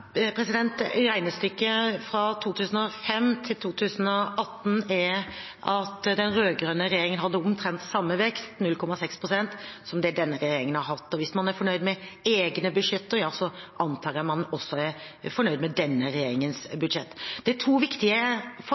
Regnestykket fra 2005 til 2018 viser at den rød-grønne regjeringen hadde omtrent samme vekst, 0,6 pst., som det denne regjeringen har hatt. Hvis man er fornøyd med egne budsjetter, antar jeg at man også er fornøyd med denne regjeringens budsjett. Det er to viktige forskjeller, imidlertid, for